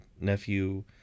nephew